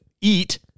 eat